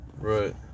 Right